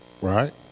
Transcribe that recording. Right